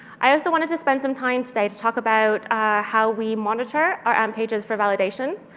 i also wanted to spend some time today to talk about how we monitor our amp pages for validation,